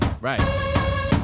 Right